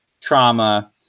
trauma